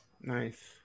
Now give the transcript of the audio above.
Nice